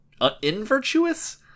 Invirtuous